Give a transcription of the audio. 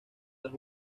las